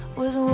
was what